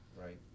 Right